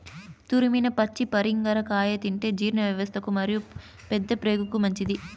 తురిమిన పచ్చి పరింగర కాయ తింటే జీర్ణవ్యవస్థకు మరియు పెద్దప్రేగుకు మంచిది